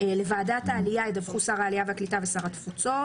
לוועדת העלייה ידווחו שר העלייה והקליטה ושר התפוצות.